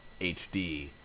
HD